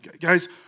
Guys